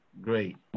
great